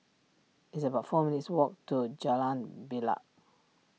it's about four minutes' walk to Jalan Bilal